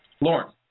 Lauren